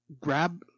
grab